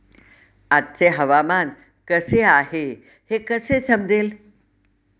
आजचे हवामान कसे आहे हे कसे समजेल?